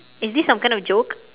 is this some kind of joke